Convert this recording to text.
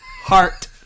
Heart